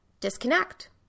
disconnect